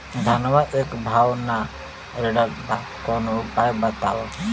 धनवा एक भाव ना रेड़त बा कवनो उपाय बतावा?